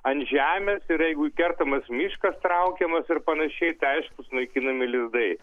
ant žemės ir jeigu kertamas miškas traukiamas ir panašiai aišku sunaikinami lizdai